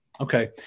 Okay